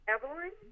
Evelyn